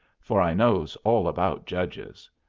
for i knows all about judges.